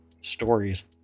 stories